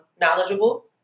knowledgeable